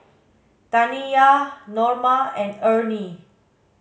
Taniyah Norma and Ernie